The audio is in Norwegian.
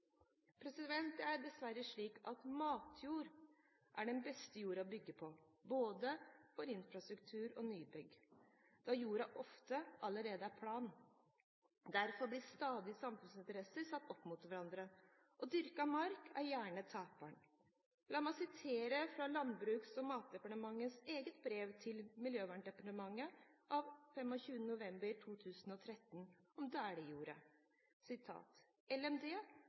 Det er dessverre slik at matjord er den beste jorden å bygge på for både infrastruktur og nybygg, da jorden ofte allerede er plan. Derfor blir stadig samfunnsinteresser satt opp mot hverandre, og dyrket mark er gjerne taperen. La meg sitere fra Landbruks- og matdepartementets brev til Miljøverndepartementet av 25. november 2013 om Delijordet: «… har LMD